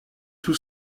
tout